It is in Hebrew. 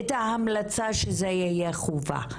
את ההמלצה שזה יהיה חובה,